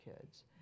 kids